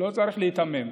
לא צריך להיתמם.